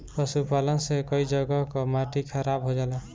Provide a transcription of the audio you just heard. पशुपालन से कई जगह कअ माटी खराब हो जाला